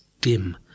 dim